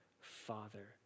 Father